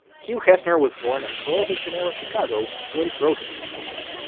hugh hefner was born in prohibition-era chicago to a protestant family.